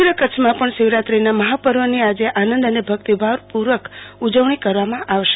સમગ કચ્છમાં પણ શીવરાત્રોના મહાપર્વની આજ આનંદ અને ભકિતભાવ પર્વકે ઉજવણી કરવામાં આવશે